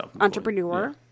entrepreneur